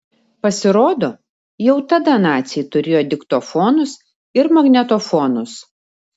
pasirodo jau tada naciai turėjo diktofonus ir magnetofonus